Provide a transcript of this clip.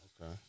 okay